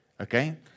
Okay